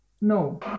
no